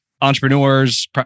entrepreneurs